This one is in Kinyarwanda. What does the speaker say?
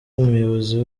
umuyobozi